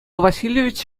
васильевич